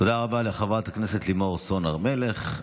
תודה רבה לחברת הכנסת לימור סון הר מלך.